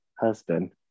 husband